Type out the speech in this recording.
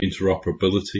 interoperability